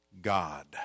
God